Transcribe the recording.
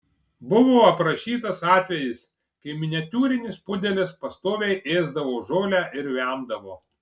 buvo aprašytas atvejis kai miniatiūrinis pudelis pastoviai ėsdavo žolę ir vemdavo